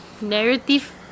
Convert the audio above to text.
narrative